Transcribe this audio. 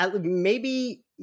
maybe-